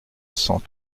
cent